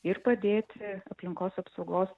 ir padėti aplinkos apsaugos